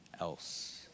else